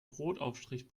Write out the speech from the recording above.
brotaufstrich